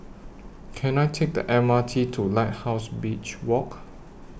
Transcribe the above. Can I Take The M R T to Lighthouse Beach Walk